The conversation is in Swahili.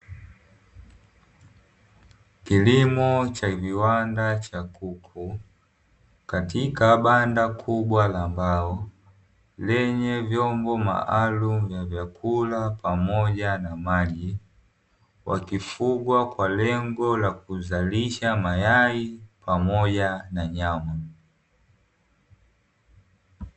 Kilimo cha viwanda cha kuku katika banda kubwa la mbao lenye vyombo maalumu ya vyakula pamoja na maji, wakifugwa kwa lengo la kuzalisha mayai pamoja na nyama.